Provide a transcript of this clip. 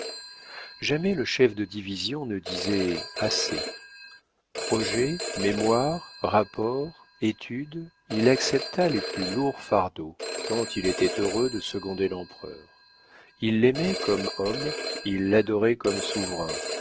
jamais le chef de division ne disait assez projets mémoires rapports études il accepta les plus lourds fardeaux tant il était heureux de seconder l'empereur il l'aimait comme homme il l'adorait comme souverain